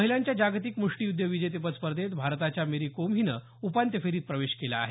महिलांच्या जागतिक मुष्टीयुद्ध विजेतेपद स्पर्धेत भारताच्या मेरी कोम हिनं उपांत्य फेरीत प्रवेश केला आहे